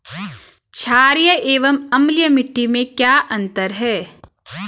छारीय एवं अम्लीय मिट्टी में क्या अंतर है?